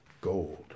Gold